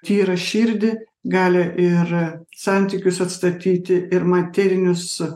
tyrą širdį gali ir santykius atstatyti ir materinius